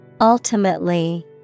Ultimately